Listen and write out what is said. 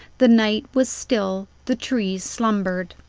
the night was still the trees slumbered.